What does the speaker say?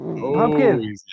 pumpkin